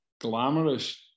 glamorous